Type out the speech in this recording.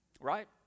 right